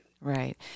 right